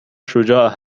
شجاع